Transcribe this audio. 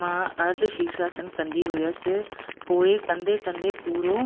मां अर्धशीर्षासन कंदी हुअसि पोएं कंदे कंदे पूरो